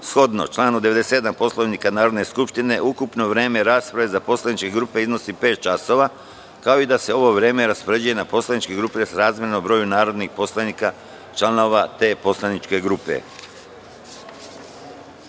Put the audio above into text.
shodno članu 97. Poslovnika Narodne skupštine ukupno vreme rasprave za poslaničke grupe iznosi pet časova, kao i da se ovo vreme raspoređuje na poslaničke grupe srazmerno broju narodnih poslanika članova te poslaničke